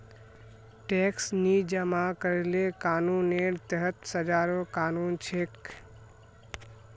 tax नी जमा करले कानूनेर तहत सजारो कानून छेक